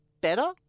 better